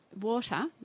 water